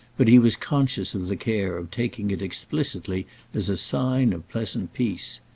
but he was conscious of the care of taking it explicitly as a sign of pleasant peace.